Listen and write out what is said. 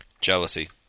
Jealousy